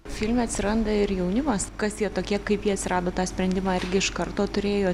filme atsiranda ir jaunimas kas jie tokie kaip jie atsirado tą sprendimą irgi iš karto turėjot